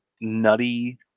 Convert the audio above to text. nutty